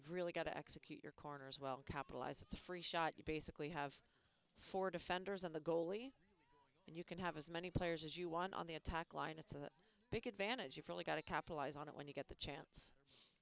really got to execute your corners well capitalized it's a free shot you basically have four defenders in the goalie and you can have as many players as you want on the attack line it's a big advantage you've really got to capitalize on it when you get the chance